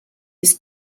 his